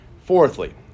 Fourthly